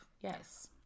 Yes